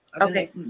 Okay